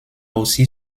aussi